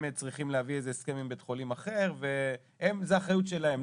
צריכים להביא הסכם עם בית חולים אחר ושזה אחריות שלהם.